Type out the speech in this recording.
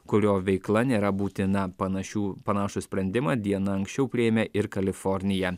kurio veikla nėra būtina panašių panašų sprendimą diena anksčiau priėmė ir kalifornija